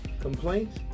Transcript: complaints